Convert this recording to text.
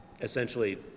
essentially